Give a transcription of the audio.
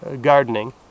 gardening